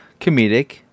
comedic